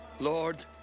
Lord